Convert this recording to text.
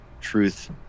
truth